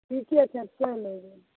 ठीके छै चलि एबै ने